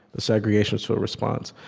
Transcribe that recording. the segregationists to a response,